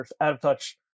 out-of-touch